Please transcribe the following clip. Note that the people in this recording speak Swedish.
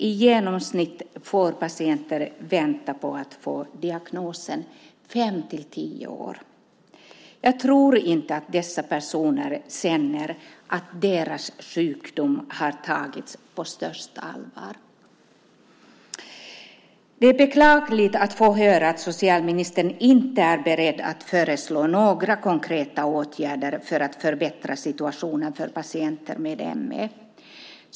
I genomsnitt får patienter vänta fem till tio år på att få diagnosen. Jag tror inte att dessa personer känner att deras sjukdom har tagits på största allvar. Det är beklagligt att socialministern inte är beredd att föreslå några konkreta åtgärder för att förbättra situationen för patienter med ME.